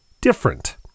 different